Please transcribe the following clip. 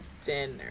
dinner